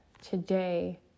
today